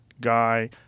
guy